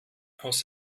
aus